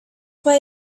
why